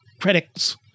critics